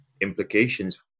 implications